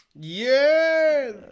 Yes